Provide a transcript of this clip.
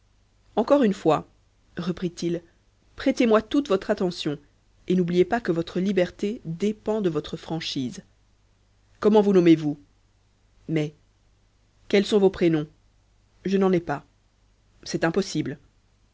encore une fois reprit-il prêtez-moi toute votre attention et n'oubliez pas que votre liberté dépend de votre franchise comment vous nommez-vous mai quels sont vos prénoms je n'en ai pas c'est impossible